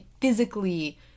physically